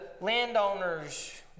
landowners